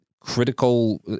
critical